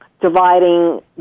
dividing